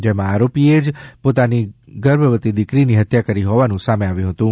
જેમાં આરોપીએ જ પોતાની ગર્ભવતિ દીકરીની હત્યા કરી હોવાનું સામે આવ્યું હતું